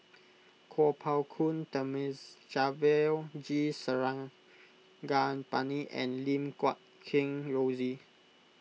Kuo Pao Kun Thamizhavel G Sarangapani and Lim Guat Kheng Rosie